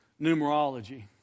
numerology